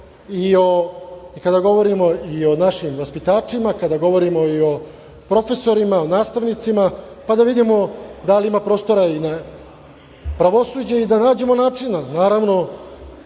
kada govorimo i o našim vaspitačima, kada govorimo i o profesorima, nastavnicima, pa da vidimo da li ima prostora i na pravosuđe i da nađemo načina. Naravno,